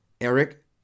Eric